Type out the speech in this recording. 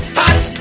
hot